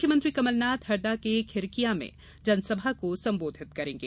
मुख्यमंत्री कमलनाथ हरदा के खिरकिया में जनसभा को संबोधित करेंगे